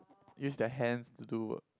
use their hands to do work